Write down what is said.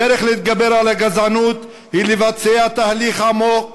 הדרך להתגבר על הגזענות היא לבצע תהליך עמוק